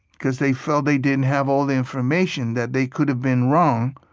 because they felt they didn't have all the information, that they could've been wrong.